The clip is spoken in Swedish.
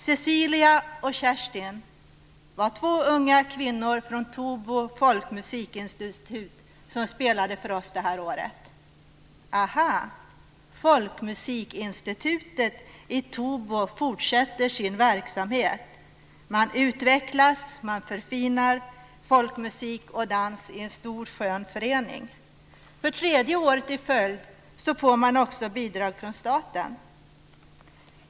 Cecilia och Kerstin var två unga kvinnor från Tobo folkmusikinstitut som spelade för oss i år. Folkmusikinstitutet i Tobo fortsätter sin verksamhet. Man utvecklas, man förfinar folkmusik och dans i en stor skön förening. För tredje året i följd får man också bidrag från staten.